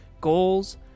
goals